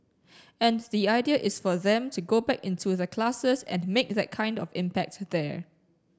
and the idea is for them to go back into the classes and make that kind of impact there